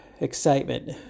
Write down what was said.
excitement